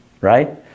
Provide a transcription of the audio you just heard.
right